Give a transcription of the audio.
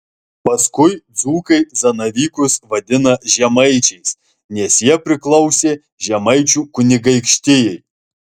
paskui dzūkai zanavykus vadina žemaičiais nes jie priklausė žemaičių kunigaikštijai